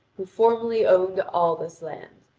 who formerly owned all this land,